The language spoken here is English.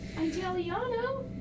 Italiano